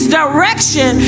direction